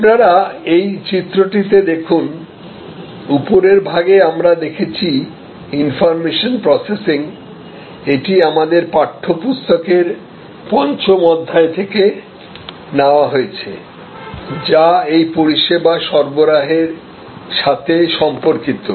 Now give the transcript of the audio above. আপনারা এই চিত্রটিতে দেখুন উপরের ভাগে আমরা দেখছি ইনফর্মেশন প্রসেসিং এটি আমাদের পাঠ্যপুস্তকের পঞ্চম অধ্যায় থেকে নেওয়া হয়েছে যা এই পরিষেবা সরবরাহের সাথে সম্পর্কিত